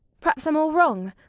p'raps i'm all wrong.